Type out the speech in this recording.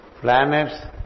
planets